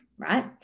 right